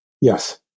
Yes